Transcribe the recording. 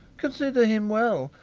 consider him well.